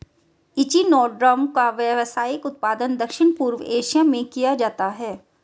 echinoderm का व्यावसायिक उत्पादन दक्षिण पूर्व एशिया में किया जाता है